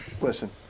listen